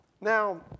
Now